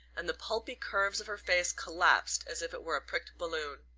and the pulpy curves of her face collapsed as if it were a pricked balloon.